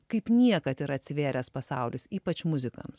kaip niekad ir atsivėręs pasaulis ypač muzikams